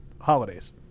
holidays